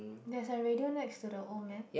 there's a radio next to the old man